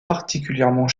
particulièrement